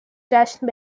جشن